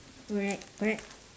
correct correct